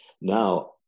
Now